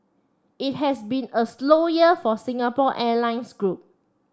it has been a slow year for the Singapore Airlines group